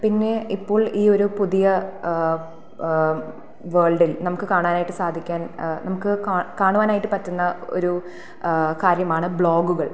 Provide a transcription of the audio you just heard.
പിന്നെ ഇപ്പോൾ ഈ ഒരു പുതിയ വേൾഡിൽ നമുക്ക് കാണാനായിട്ട് സാധിക്കാൻ നമുക്ക് കാണുവാനായിട്ട് പറ്റുന്ന ഒരു കാര്യമാണ് ബ്ലോഗുകൾ